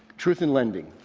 truth in lending,